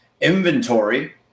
inventory